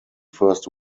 first